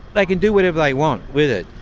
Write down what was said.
they can do whatever they want with it.